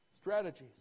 Strategies